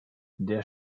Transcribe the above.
der